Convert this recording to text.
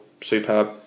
superb